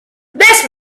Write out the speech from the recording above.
bless